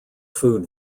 food